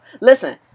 Listen